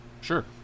sure